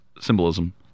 Symbolism